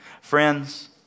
Friends